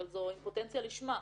אבל זו אימפוטנציה לשמה.